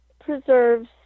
preserves